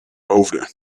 hoofden